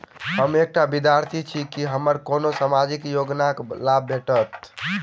हम एकटा विद्यार्थी छी, की हमरा कोनो सामाजिक योजनाक लाभ भेटतय?